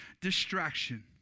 distraction